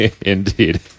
indeed